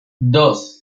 dos